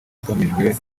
hagamijwe